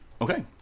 Okay